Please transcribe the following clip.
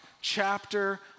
chapter